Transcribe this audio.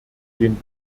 den